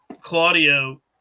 Claudio